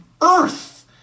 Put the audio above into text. Earth